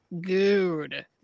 good